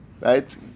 right